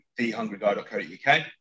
thehungryguy.co.uk